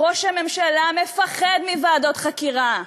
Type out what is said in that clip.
ראש הממשלה מפחד מוועדות חקירה.